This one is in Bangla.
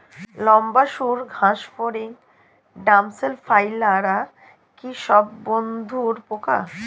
লম্বা সুড় ঘাসফড়িং ড্যামসেল ফ্লাইরা কি সব বন্ধুর পোকা?